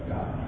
God